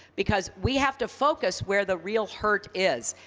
because we have to focus where the real hurt is.